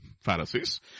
Pharisees